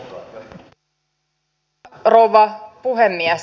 arvoisa rouva puhemies